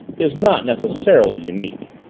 is not necessarily unique.